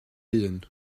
hun